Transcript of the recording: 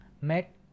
met